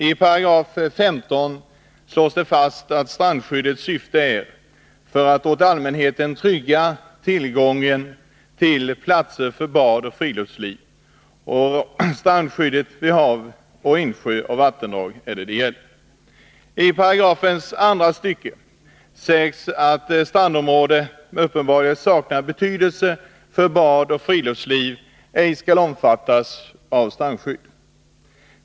I § 15 slås strandskyddets syfte fast: ”För att åt allmänheten trygga tillgången till platser för bad och friluftsliv råder strandskydd vid havet, insjöar och vattendrag.” 153 I paragrafens andra stycke sägs att ”strandområde som uppenbarligen saknar betydelse för bad och friluftsliv ej skall omfattas av strandskydd”.